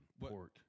pork